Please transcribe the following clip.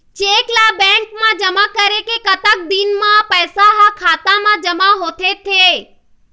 Cheque ला bank मा जमा करे के कतक दिन मा पैसा हा खाता मा जमा होथे थे?